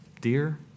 dear